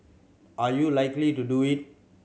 are you likely to do it